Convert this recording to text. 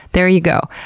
there you go.